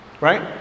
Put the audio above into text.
right